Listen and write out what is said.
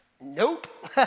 Nope